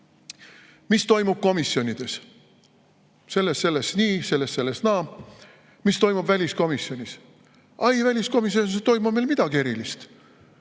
Mis toimub komisjonides? Selles nii, selles naa. Mis toimub väliskomisjonis? Ei, väliskomisjonis ei toimu meil midagi erilist.